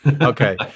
Okay